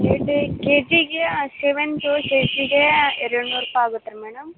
KG K ಜಿಗೆ ಸೇವಂತಿಗೆ K ಜಿಗೆ ಹೂವು ಎರಡ್ನೂರು ರುಪಾಯಿ ಆಗುತ್ತೆ ರೀ ಮೇಡಮ್